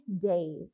days